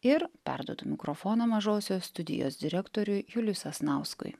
ir perduodu mikrofoną mažosios studijos direktoriui juliui sasnauskui